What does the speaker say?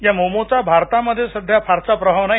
या मोमोचा भारतामध्ये सध्या फारसा प्रभाव नाही